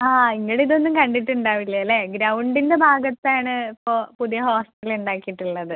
ആ ഇങ്ങളിതൊന്നും കണ്ടിട്ടുണ്ടാവില്ലാല്ലേ ഗ്രൗണ്ടിൻ്റെ ഭാഗത്താണ് ഇപ്പോൾ പുതിയ ഹോസ്റ്റൽ ഉണ്ടാക്കിട്ടുള്ളത്